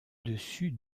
dessus